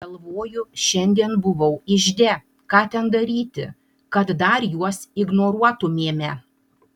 galvoju šiandien buvau ižde ką ten daryti kad dar juos ignoruotumėme